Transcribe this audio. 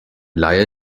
laie